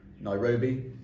Nairobi